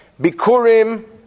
Bikurim